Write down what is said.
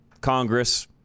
Congress